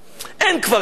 אין כבר לאומים.